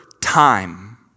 time